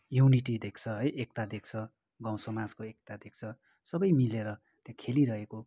unity देख्छ है एकता देख्छ गाउँ समाजको एकता देख्छ सबै मिलेर त्यो खेलिरहेको